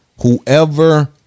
whoever